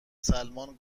سلمان